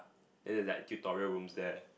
then there's like tutorial rooms there